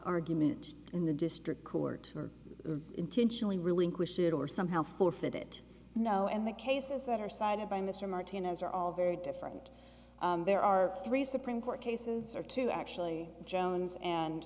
argument in the district court or intentionally relinquish it or somehow forfeit it no and the cases that are cited by mr martinez are all very different there are three supreme court cases or two actually jones and